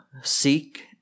Seek